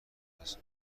است